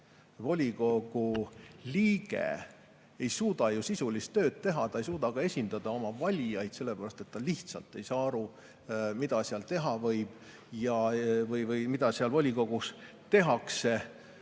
volikogu liige ei suuda sisulist tööd teha. Ta ei suuda esindada oma valijaid, sellepärast et ta lihtsalt ei saa aru, mida seal teha võib ja mida volikogus tehakse.